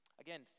Again